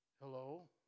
Hello